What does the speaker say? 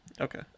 Okay